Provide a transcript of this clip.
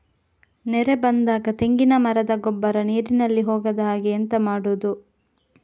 ನೆರೆ ಬಂದಾಗ ತೆಂಗಿನ ಮರದ ಗೊಬ್ಬರ ನೀರಿನಲ್ಲಿ ಹೋಗದ ಹಾಗೆ ಎಂತ ಮಾಡೋದು?